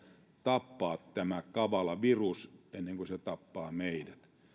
tappaa tämä kavala virus ennen kuin se tappaa meidät